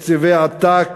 תקציבי עתק